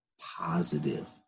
positive